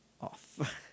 off